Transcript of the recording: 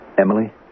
Emily